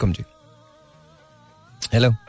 Hello